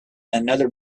another